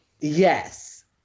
yes